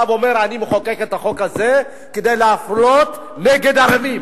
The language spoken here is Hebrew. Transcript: בא ואומר: אני מחוקק את החוק הזה כדי להפלות ערבים.